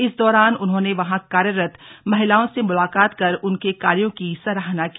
इस दौरान उन्होंने वहाँ कार्यरत महिलाओं से मुलाकात कर उनके कार्यो की सराहना की